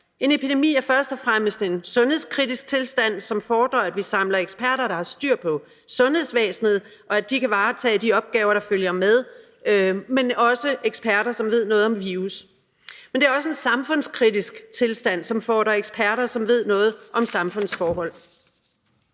En epidemi er først og fremmest en sundhedskritisk tilstand, som fordrer, at vi samler eksperter, der har styr på sundhedsvæsenet, og at de kan varetage de opgaver, der følger med, men også eksperter, som ved noget om virus. Men det er også en samfundskritisk tilstand, hvilket fordrer eksperter, som ved noget om samfundsforhold.